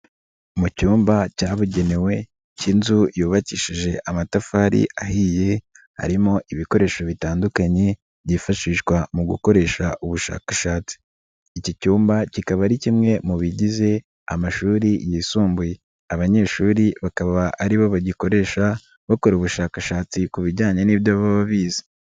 Mu cyumba cyabugenewe k'inzu yubakishije amatafari ahiye harimo ibikoresho bitandukanye byifashishwa mu gukoresha ubushakashatsi, iki cyumba kikaba ari kimwe mu bigize amashuri yisumbuye abanyeshuri bakaba ari bo bagikoresha bakora ubushakashatsi ku bijyanye n'ibyo bize.